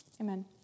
Amen